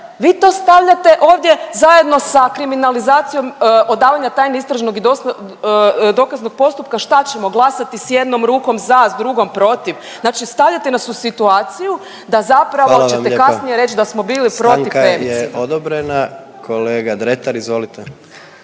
vi to stavljate ovdje zajedno sa kriminalizacijom odavanja tajnog, istražnog i dokaznog postupka. Šta ćemo, glasati s jednom rukom za, s drugom protiv? Znače stavljate nas u situaciju da zapravo ćete…/Upadica predsjednik: Hvala vam./…kasnije reć da smo bili protiv femicida. **Jandroković, Gordan (HDZ)** Stanka je odobrena. Kolega Dretar izvolite.